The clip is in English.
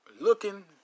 Looking